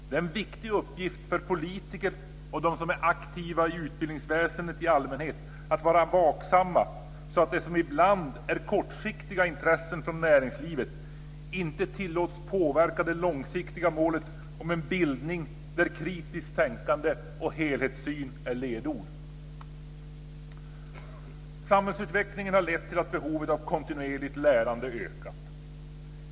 Det är en viktig uppgift för politiker och dem som är aktiva i utbildningsväsendet i allmänhet att vara vaksamma så att det som ibland är kortsiktiga intressen från näringslivet inte tillåts påverka det långsiktiga målet om en bildning där kritiskt tänkande och helhetssyn är ledord. Samhällsutvecklingen har lett till att behovet av kontinuerligt lärande ökat.